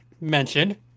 mentioned